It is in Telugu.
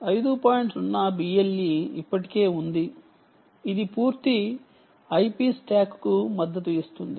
0 BLE ఇప్పటికే ఉంది ఇది పూర్తి IP స్టాక్ కు మద్దతు ఇస్తుంది